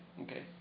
Okay